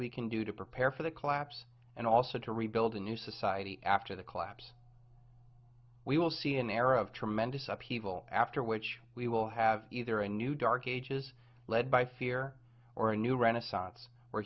we can do to prepare for the collapse and also to rebuild a new society after the collapse we will see an era of tremendous upheaval after which we will have either a new dark ages led by fear or a new renaissance where